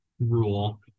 rule